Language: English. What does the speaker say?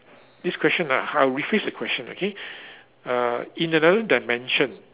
this question ah I will rephrase the question okay uh in another dimension